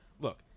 look